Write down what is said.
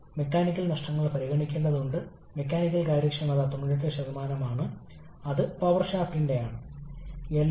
multistage കംപ്രഷനും multistage വിപുലീകരണവും എന്ന ആശയം ഇതാണ്